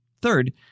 Third